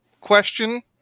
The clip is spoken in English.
question